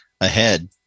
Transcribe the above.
ahead